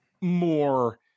more